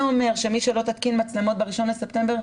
הווה אומר שמי שלא תתקין מצלמות ב-1 בספטמבר,